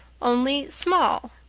only small.